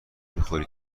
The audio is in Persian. میخوری